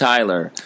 Tyler